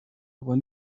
aber